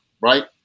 Right